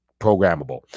programmable